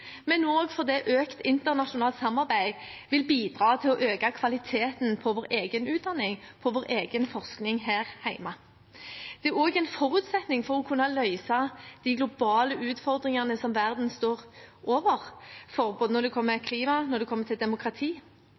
og en annen kultur, og fordi økt internasjonalt samarbeid vil bidra til å øke kvaliteten på vår egen utdanning og forskning her hjemme. Det er en forutsetning også for å kunne løse de globale utfordringene verden står overfor – både når det gjelder klima, og når det gjelder demokrati